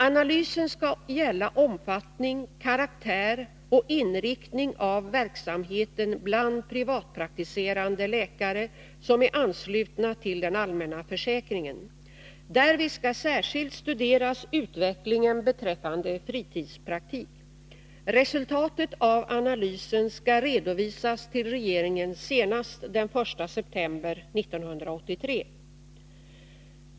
Analysen skall gälla omfattning, karaktär och inriktning av verksamheten bland privatpraktiserande läkare som är anslutna till den allmänna försäkringen. Därvid skall särskilt studeras utvecklingen beträffande fritidspraktik. Resultat av analysen skall redovisas till regeringen senast den 1 september 1983.